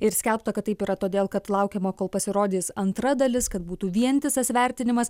ir skelbta kad taip yra todėl kad laukiama kol pasirodys antra dalis kad būtų vientisas vertinimas